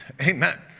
Amen